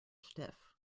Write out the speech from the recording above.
stiff